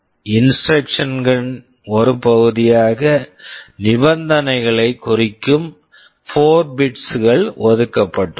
instruction instruction ன் ஒரு பகுதியாக நிபந்தனைகளை குறிக்கும் 4 பிட்ஸ் bits கள் ஒதுக்கப்பட்டுள்ளன